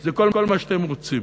זה כל מה שאתם רוצים.